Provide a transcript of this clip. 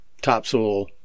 topsoil